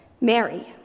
Mary